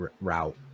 route